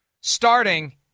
starting